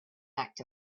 act